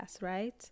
right